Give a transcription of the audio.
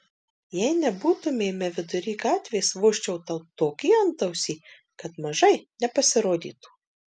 jei nebūtumėme vidury gatvės vožčiau tau tokį antausį kad mažai nepasirodytų